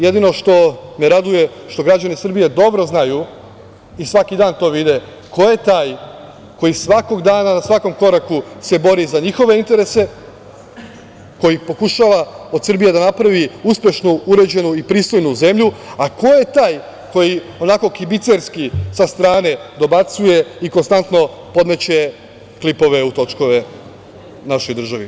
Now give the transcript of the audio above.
Jedino što me raduje što građani Srbije dobro znaju i svaki dan to vide ko je taj koji svakog dana na svakom koraku se bori za njihove interese, koji pokušava od Srbije da napravi uspešnu, uređenu i pristojnu zemlju, a ko je taj, koji onako kibicerski, sa strane, dobacuje i konstantno, podmeće klipove u točkove našoj državi.